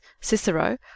cicero